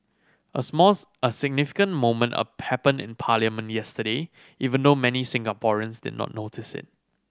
a a significant moment a happened in parliament yesterday even though many Singaporeans did not notice it